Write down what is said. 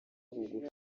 bugufi